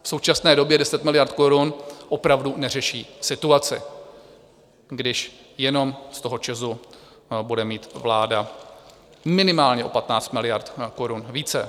V současné době 10 miliard korun opravdu neřeší situaci, když jenom z toho ČEZu bude mít vláda minimálně o 15 miliard korun více.